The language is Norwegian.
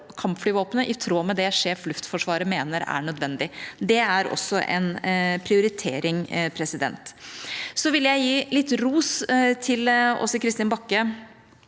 i tråd med det Sjef Luftforsvaret mener er nødvendig. Det er også en prioritering. Så vil jeg gi litt ros til Åse Kristin Ask